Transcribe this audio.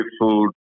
food